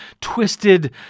twisted